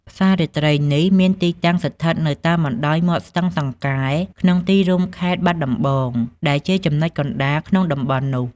ផ្សាររាត្រីនេះមានទីតាំងស្ថិតនៅតាមបណ្តោយមាត់ស្ទឹងសង្កែ ក្នុងទីរួមខេត្តបាត់ដំបង ដែលជាចំណុចកណ្តាលក្នុងតំបន់នោះ។